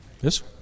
Yes